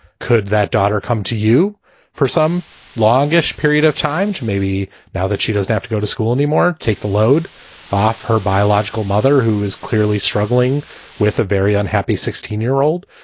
could that daughter come to you for some longest period of time? maybe now that she doesn't have to go to school anymore. take the load off her biological mother, who is clearly struggling with a very unhappy sixteen year old.